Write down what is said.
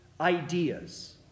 ideas